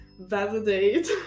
validate